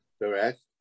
Correct